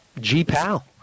G-PAL